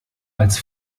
als